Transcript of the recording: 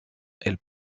elles